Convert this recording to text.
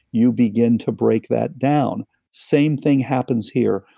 you begin to break that down same thing happens here.